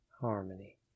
Harmony